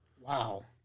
wow